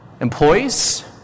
Employees